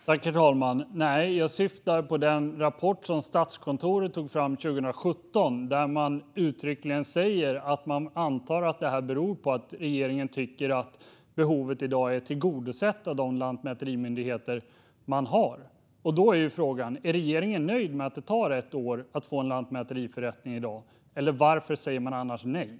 Herr talman! Nej, jag syftar på den rapport som Statskontoret tog fram 2017, där man uttryckligen säger att man antar att detta beror på att regeringen tycker att behovet i dag är tillgodosett av de lantmäterimyndigheter som finns. Då är frågan: Är regeringen nöjd med att det tar ett år att få en lantmäteriförrättning i dag? Eller varför säger man annars nej?